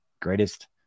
Greatest